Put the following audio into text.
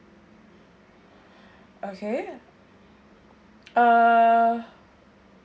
okay uh